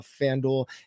FanDuel